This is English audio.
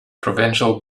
provincial